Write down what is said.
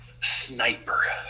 sniper